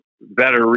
better